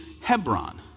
Hebron